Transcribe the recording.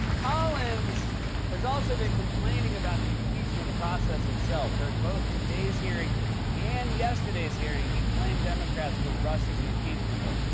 collins has also been complaining about the impeachment process itself. during both today's hearing and yesterday's hearing, he claimed democrats were rushing the impeachment vote.